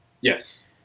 Yes